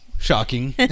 Shocking